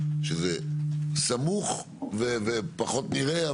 שזה סמוך ופחות נראה,